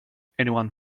anyone